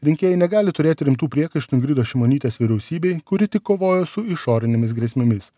rinkėjai negali turėti rimtų priekaištų ingridos šimonytės vyriausybei kuri tik kovojo su išorinėmis grėsmėmis